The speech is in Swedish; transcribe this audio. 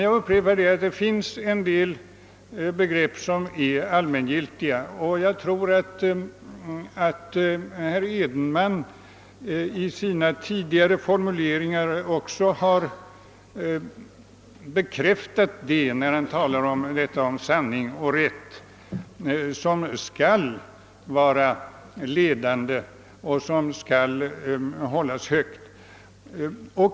Jag upprepar emellertid, att det finns en del begrepp som är allmängiltiga. Jag tror att herr Edenman i sina tidigare formuleringar också har bekräftat det när han talat om begreppet sanning och rätt, som skall vara ledande och som skall hållas högt.